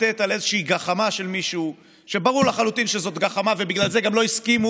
אנחנו עוברים להצבעה על הסתייגות מס' 565. ההסתייגות (565)